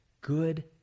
good